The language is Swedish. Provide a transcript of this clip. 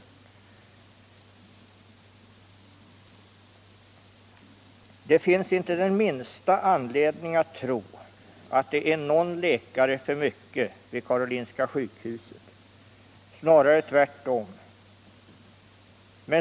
Det finns inte den minsta anledning att tro att det är någon läkare för mycket vid Karolinska sjukhuset — snarare tvärtom.